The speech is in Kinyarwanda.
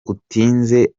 utinze